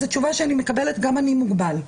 התשובה שאני מקבלת: גם אני מוגבל.